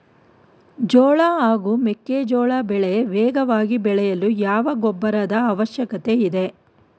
ಜೋಳ ಹಾಗೂ ಮೆಕ್ಕೆಜೋಳ ಬೆಳೆ ವೇಗವಾಗಿ ಬೆಳೆಯಲು ಯಾವ ಗೊಬ್ಬರದ ಅವಶ್ಯಕತೆ ಇದೆ?